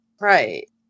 right